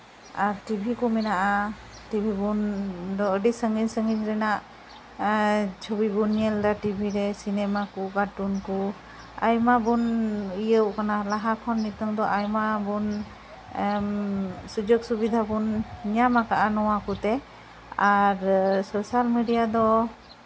ᱟᱨ TV ᱠᱚ ᱢᱮᱱᱟᱜᱼᱟ TV ᱵᱚᱱ ᱫᱚ ᱟᱹᱰᱤ ᱥᱟᱺᱜᱤᱧ ᱥᱟᱺᱜᱤᱧ ᱨᱮᱱᱟᱜ ᱪᱷᱚᱵᱤ ᱵᱚᱱ ᱧᱮᱞᱫᱟ ᱴᱤᱵᱷᱤᱨᱮ ᱥᱤᱱᱮᱢᱟ ᱠᱚ ᱠᱟᱴᱩᱱ ᱠᱚ ᱟᱭᱢᱟ ᱵᱚᱱ ᱤᱭᱟᱹᱣ ᱠᱟᱱᱟ ᱞᱟᱦᱟ ᱠᱷᱚᱱ ᱱᱤᱛᱚᱜ ᱫᱚ ᱟᱭᱢᱟ ᱵᱚᱱ ᱥᱩᱡᱳᱜ ᱥᱩᱵᱤᱫᱷᱟ ᱵᱚᱱ ᱧᱟᱢ ᱟᱠᱟᱫᱼᱟ ᱱᱚᱣᱟ ᱠᱚᱛᱮ ᱟᱨ ᱥᱳᱥᱟᱞ ᱢᱮᱰᱤᱭᱟ ᱫᱚ